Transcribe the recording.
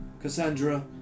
Cassandra